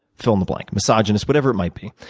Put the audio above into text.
fill in the blank. misogynist, whatever it might be.